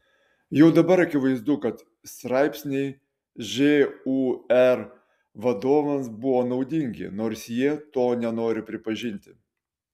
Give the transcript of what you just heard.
jau dabar akivaizdu kad straipsniai žūr vadovams buvo naudingi nors jie to nenori pripažinti